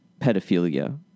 pedophilia